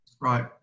Right